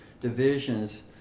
divisions